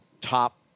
top